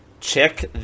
check